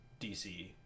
DC